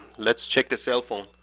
let's check the cell phone,